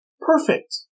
perfect